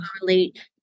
relate